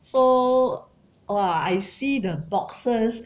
so !wah! I see the boxes